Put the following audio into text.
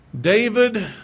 David